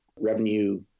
revenue